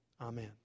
Amen